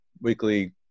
weekly